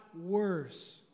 worse